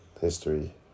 history